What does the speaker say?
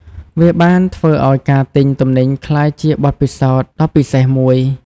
វាបានធ្វើឱ្យការទិញទំនិញក្លាយជាបទពិសោធន៍ដ៏ពិសេសមួយ។